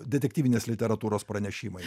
detektyvinės literatūros pranešimai